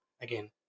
again